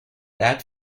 that